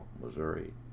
Missouri